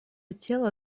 тело